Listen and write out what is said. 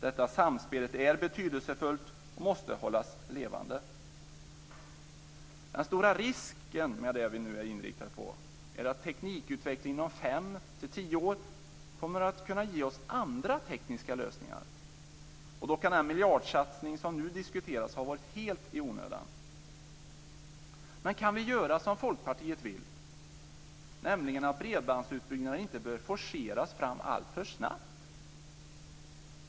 Det samspelet är betydelsefullt och måste hållas levande. Den stora risken med det vi nu är inriktade på är att teknikutvecklingen inom fem till tio år kommer att kunna ge oss andra tekniska lösningar och då kan den miljardsatsning som nu diskuteras ha varit helt i onödan. Men kan vi göra som Folkpartiet vill - jag avser då detta med att bredbandsutbyggnaden inte bör forceras fram alltför snabbt?